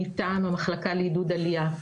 מטעם המחלקה לעידוד עלייה,